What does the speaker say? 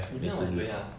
你不是要买谁啊